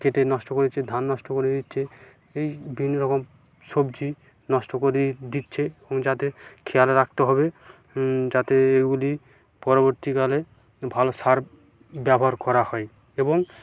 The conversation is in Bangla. কেটে নষ্ট করে দিচ্ছে ধান নষ্ট করে দিচ্ছে এই বিভিন্ন রকম সবজি নষ্ট করে দিচ্ছে যাতে খেয়াল রাখতে হবে যাতে এগুলি পরবর্তীকালে ভালো সার ব্যবহার করা হয় এবং